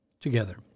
Together